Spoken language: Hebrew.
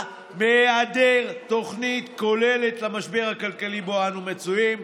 מהיעדר תוכנית כוללת למשבר הכלכלי שבו אנו מצויים,